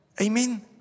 Amen